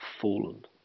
fallen